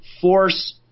force